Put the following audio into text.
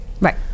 Right